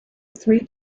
three